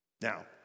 Now